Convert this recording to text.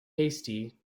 hasty